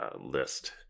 list